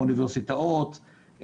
אוניברסיטאות,